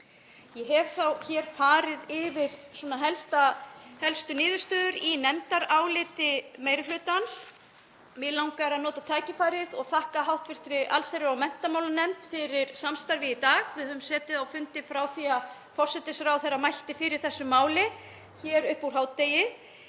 Ég hef þá farið yfir helsta helstu niðurstöður í nefndaráliti meiri hlutans. Mig langar að nota tækifærið og þakka hv. allsherjar- og menntamálanefnd fyrir samstarfið í dag. Við höfum setið á fundi frá því að forsætisráðherra mælti fyrir þessu máli hér upp úr hádegi.